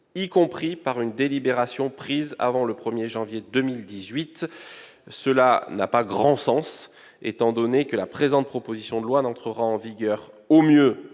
y compris par une délibération prise avant le 1 janvier 2018. Cela n'aurait pas grand sens, étant donné que la présente proposition de loi n'entrera en vigueur, au mieux,